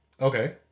Okay